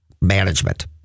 management